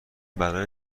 برای